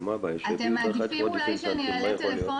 הנתון שיתקבל הוא רק אינדיקציה ראשונית